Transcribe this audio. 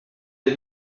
des